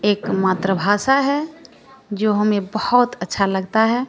एक मातृभाषा है जो हमें बहुत अच्छी लगती है